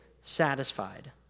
satisfied